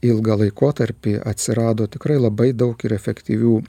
ilgą laikotarpį atsirado tikrai labai daug ir efektyvių